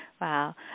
wow